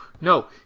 no